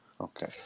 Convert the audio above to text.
Okay